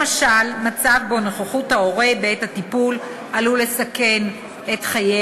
למשל מצב שבו נוכחות ההורה בעת הטיפול עלולה לסכן את חיי